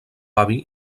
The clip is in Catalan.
avi